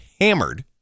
hammered